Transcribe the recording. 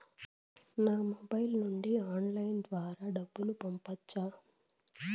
నా మొబైల్ నుండి ఆన్లైన్ ద్వారా డబ్బును పంపొచ్చా